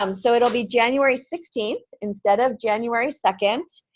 um so it'll be january sixteenth instead of january second,